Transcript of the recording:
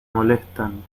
molestan